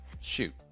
shoot